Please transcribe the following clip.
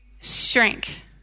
strength